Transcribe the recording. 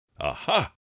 Aha